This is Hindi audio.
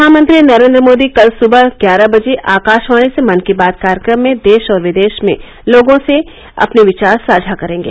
प्रधानमंत्री नरेन्द्र मोदी कल सुबह ग्यारह बजे आकाशवाणी से मन की बात कार्यक्रम में देश और विदेश में लोगों के साथ अपने विचार साझा करेंगे